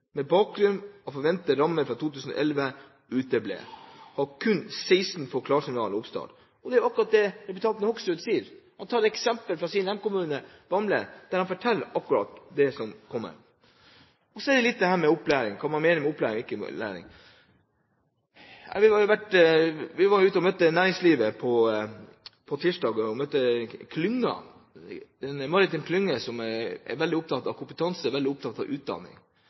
jo akkurat det representanten Hoksrud sier. Han tar et eksempel fra sin hjemkommune, Bamble, der han forteller akkurat hva som kommer. Og så litt til dette med opplæring, hva man mener med opplæring og ikke opplæring: Vi var ute og møtte næringslivet på tirsdag, vi møtte en maritim klynge som er veldig opptatt av kompetanse, veldig opptatt av utdanning.